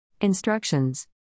Instructions